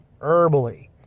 herbally